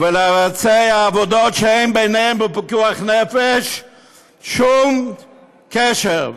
ולבצע עבודות שאין ביניהן לפיקוח נפש שום קשר,